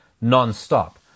non-stop